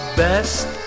best